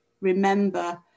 remember